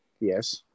Yes